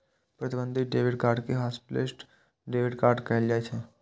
प्रतिबंधित debit card कें hotlist debit card कहल जाइ छै